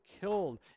killed